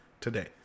today